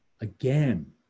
again